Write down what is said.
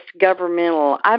governmental